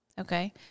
Okay